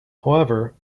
however